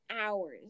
hours